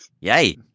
Yay